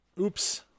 oops